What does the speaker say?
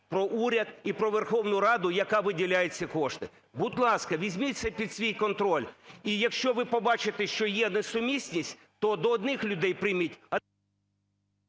про уряд і про Верховну Раду, яка виділяє ці кошти. Будь ласка, візьміть це під свій контроль, і якщо ви побачите, що є несумісність, то до одних людей прийміть…